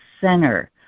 center